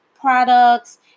products